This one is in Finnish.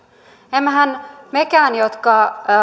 emmehän mekään jotka